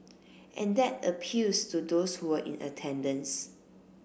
and that appeals to those who were in attendance